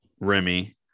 Remy